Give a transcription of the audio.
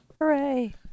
Hooray